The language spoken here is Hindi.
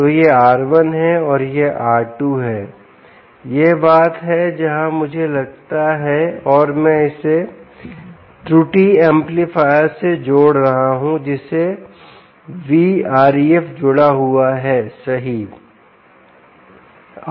तो यह R1 है और यह R2 है यह बात है जहां मुझे लगता है और मैं इसे त्रुटि एम्पलीफायर से जोड़ रहा हूं जिससे VREF जुड़ा हुआ है सही है